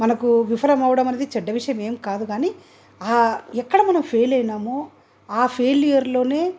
మనకు విఫలమవడం అనేది చెడ్డ విషయమేమి కాదు కానీ ఎక్కడ మనం ఫెయిల్ అయ్యామో ఆ ఫెయిల్యూర్లోనే